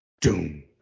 doom